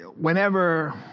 whenever